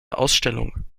ausstellung